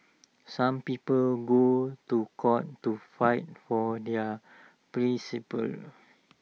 some people go to court to fight for their principles